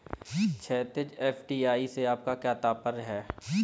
क्षैतिज, एफ.डी.आई से आपका क्या तात्पर्य है?